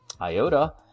IOTA